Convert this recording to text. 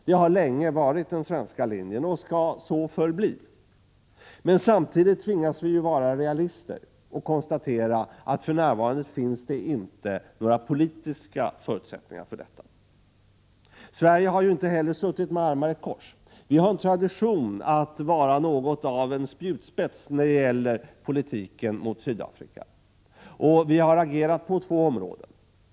Det har länge varit den svenska linjen och skall förbli. Samtidigt tvingas vi att vara realister och konstatera att det för närvarande inte finns några politiska förutsättningar för detta. Sverige har inte varit passivt — vi har inte suttit med armarna i kors. Vi har en tradition att vara något av en spjutspets när det gäller politiken mot Sydafrika. Vi har agerat utefter två linjer.